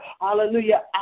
hallelujah